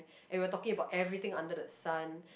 and we are talking about everything under the sun